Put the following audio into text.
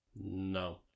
No